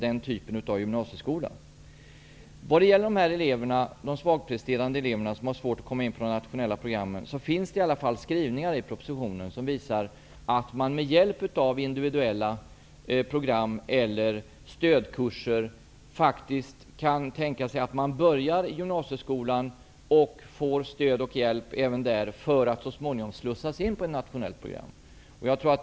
Det finns skrivningar i propositionen som visar att svagpresterande elever som har svårt att komma in på de nationella programmen faktiskt med hjälp av individuella program eller stödkurser kan börja gymnasieskolan för att så småningom slussas in på ett nationellt program.